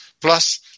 plus